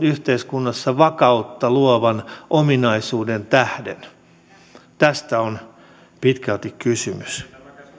yhteiskunnassa vakautta luovan ominaisuuden tähden tästä on pitkälti kysymys